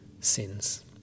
sins